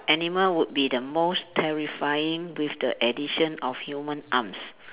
animal would be the most terrifying with the addition of human arms